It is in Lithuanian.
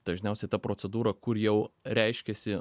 dažniausiai ta procedūra kur jau reiškiasi